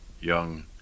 young